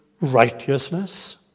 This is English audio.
righteousness